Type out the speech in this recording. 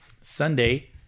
sunday